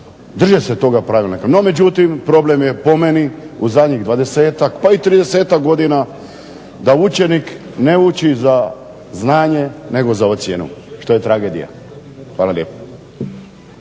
drže se toga pravilnika. No međutim, problem je po meni u zadnjih 20-ak pa i 30-ak godina da učenik ne uči za znanje nego za ocjenu. Što je tragedija. Hvala lijepo.